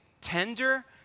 tender